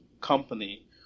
company